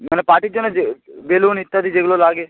মানে পার্টির জন্য যে বেলুন ইত্যাদি যেগুলো লাগে